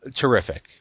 Terrific